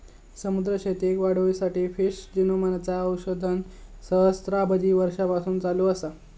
समुद्री शेतीक वाढवुसाठी फिश जिनोमचा संशोधन सहस्त्राबधी वर्षांपासून चालू असा